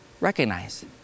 recognize